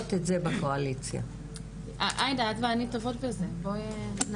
היא חייבת איזה שהוא תיווך וליווי,